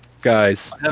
Guys